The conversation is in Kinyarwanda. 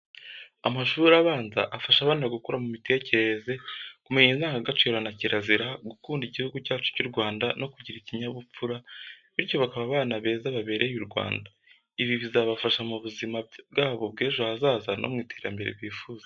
Amashuri abanza afasha abana gukura mu mitekerereze, kumenya indangagaciro na kirazira, gukunda igihugu cyacu cy'u Rwanda no kugira ikinyabupfura, bityo bakaba abana beza babereye u Rwanda. Ibi bizabafasha mu buzima byabo bw'ejo hazaza no mu iterambere bifuza.